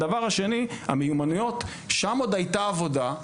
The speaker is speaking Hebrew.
הדבר השני: המיומנויות שם עוד הייתה עבודת מחקר,